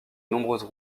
nombreuses